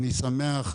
אני שמח,